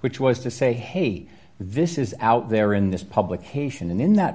which was to say hey this is out there in this publication and in that